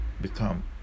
become